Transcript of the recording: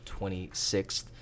26th